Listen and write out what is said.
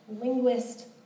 linguist